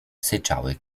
syczały